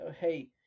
hey